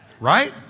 right